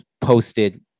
posted